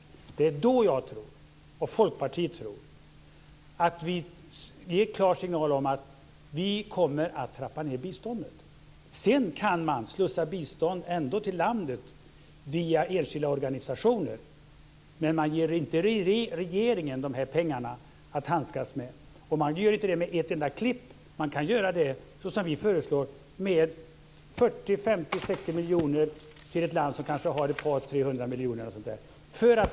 Det är då jag och Folkpartiet tycker att vi ska ge en klar signal om att trappa ned biståndet. Sedan går det att slussa bistånd till landet via enskilda organisationer, men man ger inte regeringen pengarna. Det sker inte med ett enda klipp, det går att ge 40-60 miljoner till ett land med några hundra miljoner.